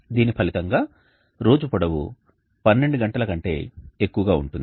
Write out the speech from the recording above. దీని ఫలితంగా రోజు పొడవు 12 గంటల కంటే ఎక్కువగా ఉంటుంది